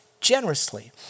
generously